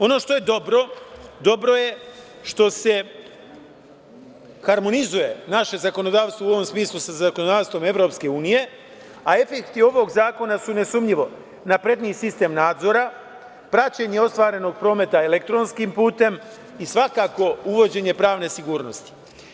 Ono što je dobro, dobro je što se harmonizuje naše zakonodavstvo u ovom smislu sa zakonodavstvom EU, a efekti ovog zakona su nesumnjivo napredniji sistem nadzora, praćenje ostvarenog prometa elektronskim putem i svakako uvođenje pravne sigurnosti.